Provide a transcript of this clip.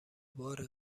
بار